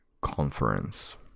conference